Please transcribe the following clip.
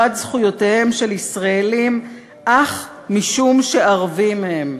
זכויותיהם של ישראלים אך משום שערבים הם.